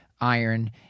iron